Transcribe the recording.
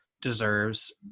deserves